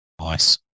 Nice